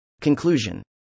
Conclusion